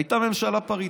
הייתה ממשלה פריטטית.